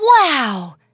Wow